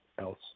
else